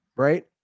Right